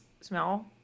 smell